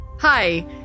Hi